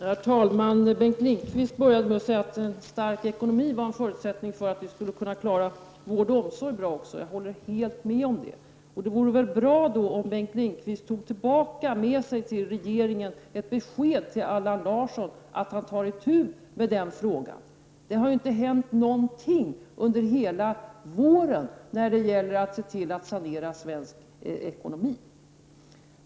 Herr talman! Bengt Lindqvist började med att säga att en stark ekonomi är en förutsättning för att vi skall kunna klara vård och omsorg på ett bra sätt. Jag håller helt med honom om det. Det vore därför bra om Bengt Lindqvist tog med sig ett besked tillbaka till Allan Larsson om att han tar itu med den frågan. Det har ju inte hänt något under hela våren när det gäller att sanera svensk ekonomi.